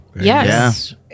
yes